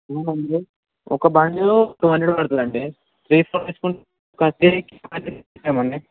ఎలాగండి ఒక bundle two hundred పడుతుంది అండి డిస్కౌంట్ తీసుకుంటే కట్ చేసి ఇస్తాం అండి